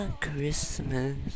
Christmas